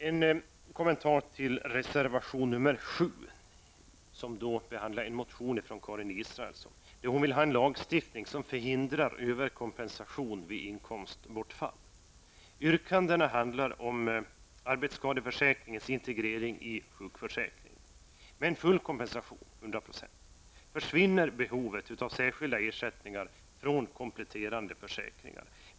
En kommentar till reservation nr 7, som följer upp en motion av Karin Israelsson. Hon vill ha en lagstiftning som förhindrar överkompensation vid inkomstbortfall. Yrkandena i motionen handlar om arbetsskadeförsäkringens integrering i sjukförsäkringen. Med full kompensation, dvs. 100 %, försvinner behovet av särskilda ersättningar från kompletterande försäkringar.